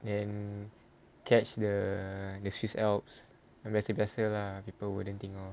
and then catch the the swiss alps but macam biasa lah people wouldn't think lor